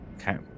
Okay